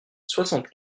soixante